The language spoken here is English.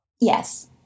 Yes